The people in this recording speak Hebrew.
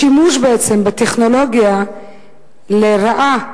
השימוש בטכנולוגיה לרעה,